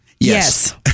Yes